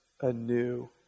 anew